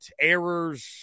errors